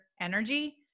energy